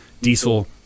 Diesel